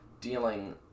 dealing